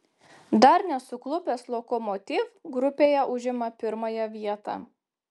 dar nesuklupęs lokomotiv grupėje užima pirmąją vietą